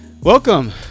welcome